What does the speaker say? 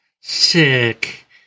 sick